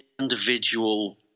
individual